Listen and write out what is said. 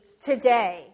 today